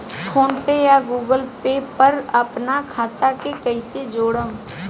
PhonePe या Google Pay पर अपना खाता के कईसे जोड़म?